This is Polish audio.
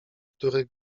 który